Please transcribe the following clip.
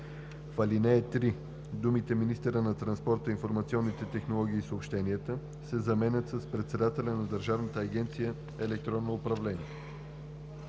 В ал. 3 думите „министърът на транспорта, информационните технологии и съобщенията“ се заменят с „председателят на Държавна агенция „Електронно управление“.